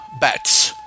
bats